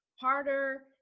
harder